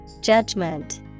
judgment